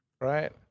right